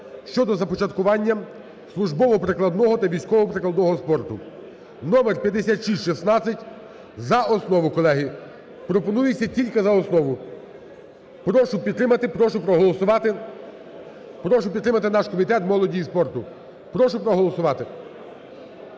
щодо започаткування службово-прикладного та військово-прикладного спорту (номер 5616) за основу, колеги. Пропонується тільки за основу. Прошу підтримати, прошу проголосувати.